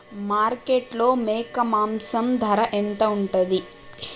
మార్కెట్లో మేక మాంసం ధర ఎంత ఉంటది?